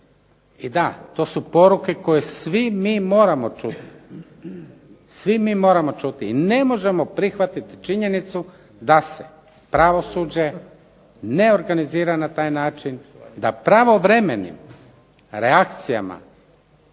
I da, to su poruke koje svi mi moramo čuti i ne možemo prihvatiti činjenicu da se pravosuđe ne organizira na taj način da pravovremenim reakcijama